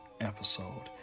episode